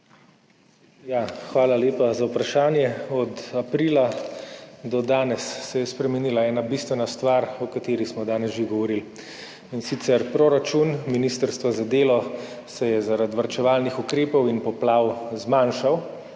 Hvala lepa za vprašanje. Od aprila do danes se je spremenila ena bistvena stvar, o kateri smo danes že govorili, in sicer proračun ministrstva za delo se je zaradi varčevalnih ukrepov in poplav zmanjšal,